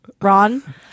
ron